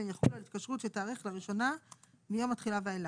והן יחולו על התקשרות שתיערך לראשונה מיום התחילה ואילך.